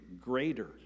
greater